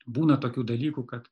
būna tokių dalykų kad